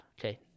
Okay